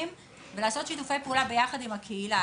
ולעשות שיתופי פעולה ביחד עם הקהילה,